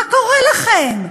מה קורה לכם?